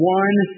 one